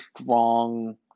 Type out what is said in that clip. strong